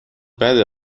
بده